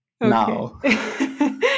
now